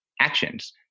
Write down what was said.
actions